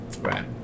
Right